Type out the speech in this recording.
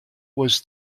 was